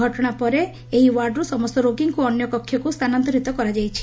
ଘଟଣା ପରେ ଏହି ଓ୍ୱାର୍ଡରୁ ସମସ୍ତ ରୋଗୀଙ୍କୁ ଅନ୍ୟ କକ୍ଷକୁ ସ୍ଥାନାନ୍ତରୀତ କରାଯାଇଛି